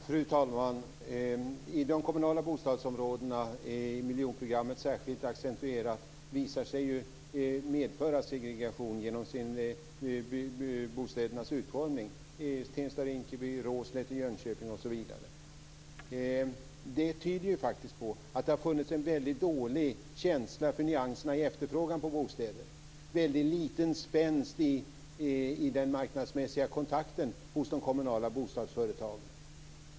Fru talman! De kommunala bostadsområdena, miljonprogrammet särskilt accentuerat, visar sig medföra segregation genom bostädernas utformning - Tensta, Rinkeby, Råslätt i Jönköping osv. Det tyder faktiskt på att det har funnits en väldigt dålig känsla för nyanserna i efterfrågan på bostäder, väldigt liten spänst i den marknadsmässiga kontakten hos de kommunala bostadsföretagen.